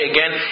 Again